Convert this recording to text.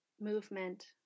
movement